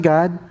God